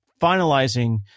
finalizing